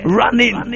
running